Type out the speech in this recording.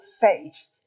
faith